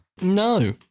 no